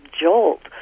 jolt